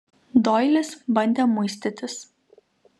doilis bandė muistytis